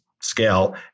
scale